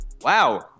Wow